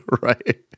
Right